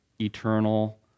eternal